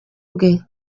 bwe